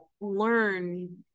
learn